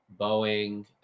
Boeing